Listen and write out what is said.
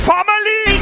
Family